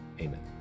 Amen